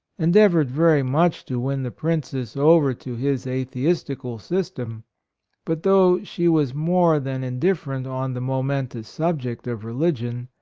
endeavoured very much to win the princess over to his atheistical system but though she was more than indifferent on the momentous subject of religion,